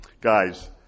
guys